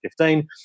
2015